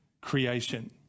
creation